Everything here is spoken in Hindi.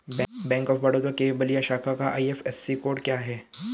बैंक ऑफ बड़ौदा के बलिया शाखा का आई.एफ.एस.सी कोड क्या है?